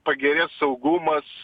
pagerės saugumas